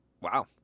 Wow